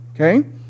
Okay